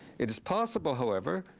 it is possible, however,